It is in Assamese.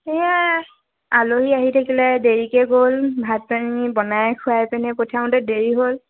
এই আলহী আহি থাকিলে দেৰিকৈ গৈ ভাত পানী বনাই খুৱাই পিনে পঠিয়াওতে দেৰি হ'ল